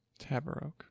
Tabarok